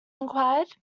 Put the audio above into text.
inquired